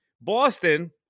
Boston